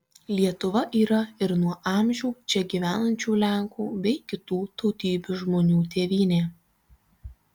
lietuva yra ir nuo amžių čia gyvenančių lenkų bei kitų tautybių žmonių tėvynė